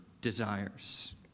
desires